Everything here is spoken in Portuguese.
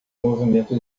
movimento